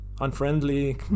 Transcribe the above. unfriendly